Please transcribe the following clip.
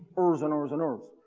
urrs and urrs and urrs.